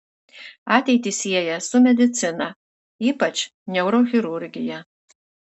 ateitį sieja su medicina ypač neurochirurgija